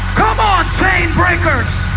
come on same breakers